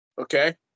Okay